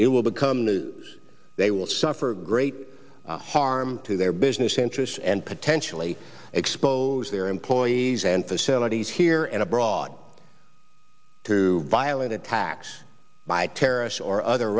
it will become the they will suffer great harm to their business interests and potentially expose their employees and facilities here and abroad to violent attacks by terrorists or other